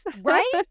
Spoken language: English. right